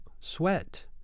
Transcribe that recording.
sweat